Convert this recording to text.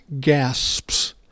gasps